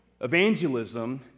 evangelism